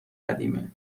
قدیمه